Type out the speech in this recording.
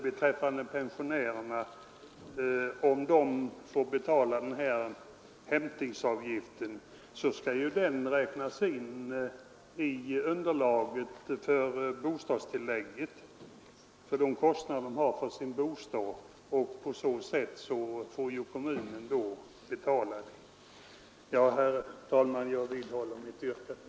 Beträffande pensionärerna är det på det sättet att om de får betala hämtningsavgiften så skall den räknas in när de i underlaget för bostadstillägget anger de kostnader de har för sin bostad. På så sätt får då kommunen betala den. Herr talman! Jag vidhåller mitt yrkande.